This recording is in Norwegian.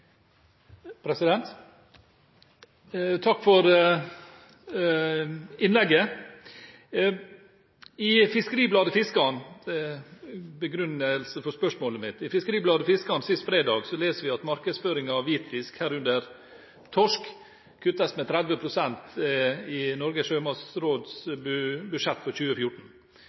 Takk for innlegget. I fiskeribladet Fiskaren leser vi sist fredag at markedsføringen av hvitfisk – herunder torsk – kuttes med 30 pst. i Norges sjømatsråds budsjett for 2014.